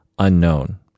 unknown